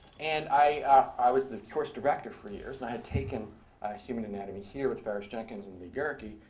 and i was the course director for years. and i had taken human anatomy here with farish jenkins and lee gehrke, yeah